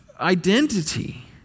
identity